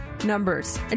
Numbers